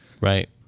Right